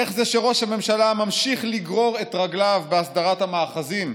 איך זה שראש הממשלה ממשיך לגרור את רגליו בהסדרת המאחזים?